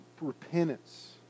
repentance